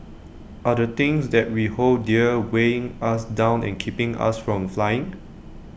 are the things that we hold dear weighing us down and keeping us from flying